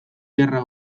gerra